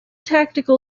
tactical